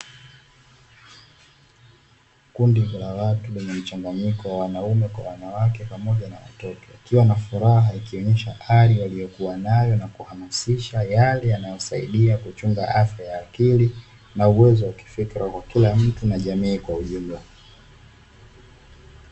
Kundi la watu lenye mchanganyiko wa wanawake kwa wanaume pamoja na watoto. Wakiwa na furaha ikionesha hali waliyokua nayo na kuhamasisha yale yanayosaidia kuchunga afya ya akili na uwezo wa kifikra kwa kila mtu na jamii kwa ujumla.